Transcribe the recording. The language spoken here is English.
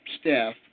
staff